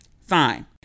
Fine